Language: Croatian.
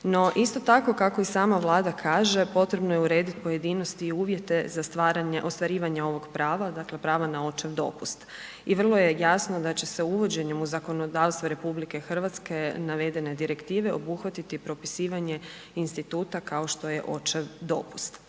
No isto tako kako i sama Vlada kaže, potrebno je urediti pojedinosti i uvjete za ostvarivanje ovog prava, dakle prava na očev dopust. I vrlo je jasno da će se uvođenje u zakonodavstvo RH navedene direktive obuhvatit propisivanje instituta kao što je očev dopust.